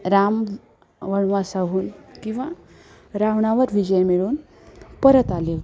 राम वनवासाहून किंवा रावणावर विजय मिळवून परत आले होते